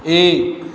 एक